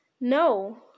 No